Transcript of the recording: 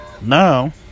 Now